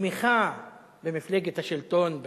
התמיכה במפלגת השלטון,